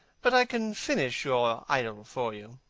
but i can finish your idyll for you.